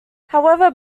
however